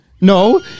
No